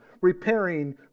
repairing